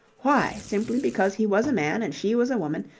why, simply because he was a man and she was a woman,